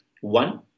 One